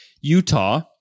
Utah